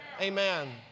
Amen